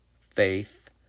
faith